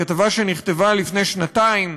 כתבה שנכתבה לפני שנתיים.